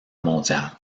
mondiale